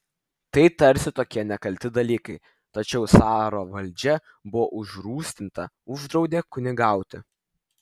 tai tarsi tokie nekalti dalykai tačiau caro valdžia buvo užrūstinta uždraudė kunigauti